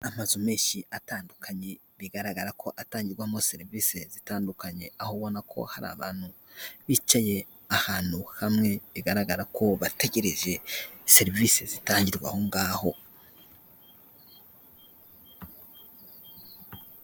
Amazu menshi atandukanye bigaragara ko atangirwamo serivisi zitandukanye. Aho ubona ko hari abantu bicaye ahantu hamwe bigaragara ko bategereje serivisi zitangirwa aho ngaho.